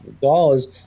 dollars